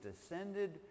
descended